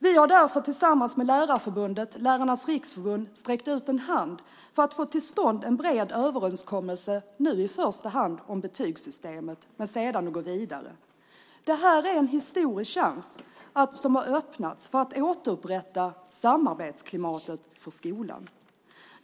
Vi har därför tillsammans med Lärarnas riksförbund sträckt ut en hand för att få till stånd en bred överenskommelse nu i första hand om betygssystemet och sedan gå vidare. Det här är en historisk chans som har öppnats för att återupprätta samarbetsklimatet för skolan.